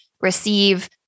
receive